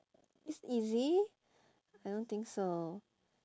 it's easy I don't think so